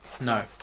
No